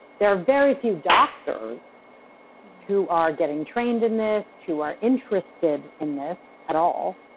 there are very few doctors who are getting trained in this, who are interested in this at all.